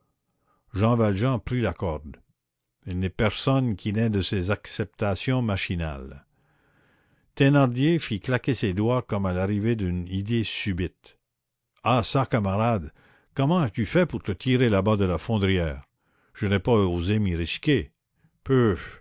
jean valjean prit la corde il n'est personne qui n'ait de ces acceptations machinales thénardier fit claquer ses doigts comme à l'arrivée d'une idée subite ah çà camarade comment as-tu fait pour te tirer là-bas de la fondrière je n'ai pas osé m'y risquer peuh